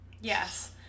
Yes